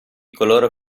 coloro